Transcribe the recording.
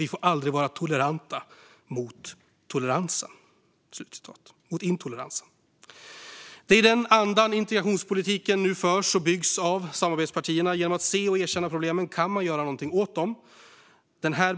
vi får aldrig vara toleranta mot intoleransen." Det är i denna anda som integrationspolitiken nu förs och byggs av samarbetspartierna. Genom att se och erkänna problemen kan man göra något åt dem.